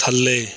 ਥੱਲੇ